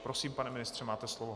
Prosím, pane ministře, máte slovo.